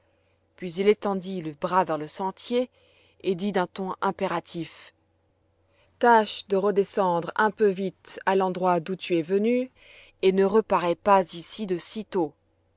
puis il étendit le bras vers le sentier et dit d'un ton impératif tâche de redescendre un peu vite à l'endroit d'où tu es venue et ne reparais pas ici de sitôt